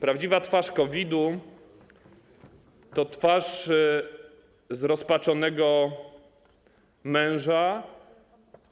Prawdziwa twarz COVID-u to twarz zrozpaczonego męża,